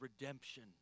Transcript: redemption